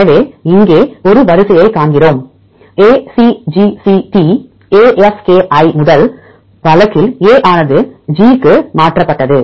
எனவே இங்கே ஒரு வரிசையை காண்கிறோம் ACGCT AFKI முதல் வழக்கில் A ஆனது G க்கு மாற்றப்பட்டது